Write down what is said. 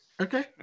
Okay